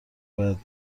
باید